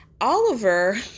Oliver